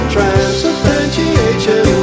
Transubstantiation